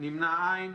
לא אושרה.